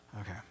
Okay